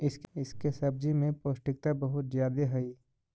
इसके सब्जी में पौष्टिकता बहुत ज्यादे हई